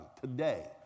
Today